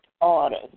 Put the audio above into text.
orders